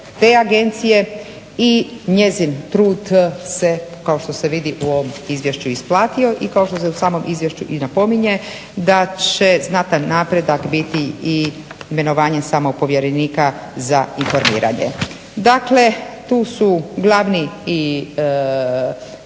te agencije i njezin trud se kao što se vidi u ovom izvješću isplatio. I kao što se u samom Izvješću i napominje da će znatan napredak biti i imenovanje samog povjerenika za informiranje. Dakle, tu su glavni i